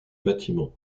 bâtiments